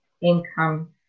income